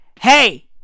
hey